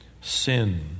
sin